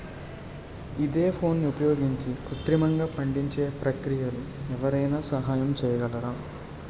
ఈథెఫోన్ని ఉపయోగించి కృత్రిమంగా పండించే ప్రక్రియలో ఎవరైనా సహాయం చేయగలరా?